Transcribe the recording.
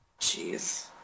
jeez